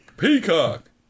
peacock